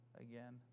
again